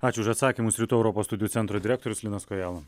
ačiū už atsakymus rytų europos studijų centro direktorius linas kojala